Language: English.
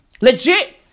Legit